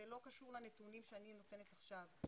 זה לא קשור לנתונים שאני נותנת עכשיו.